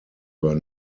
were